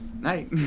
Night